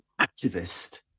activist